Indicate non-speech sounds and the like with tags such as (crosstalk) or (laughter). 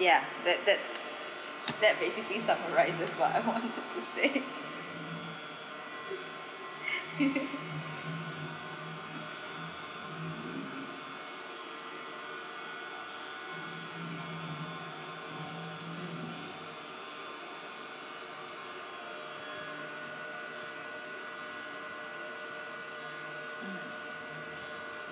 ya that that that basically summarises what I wanted to say (laughs)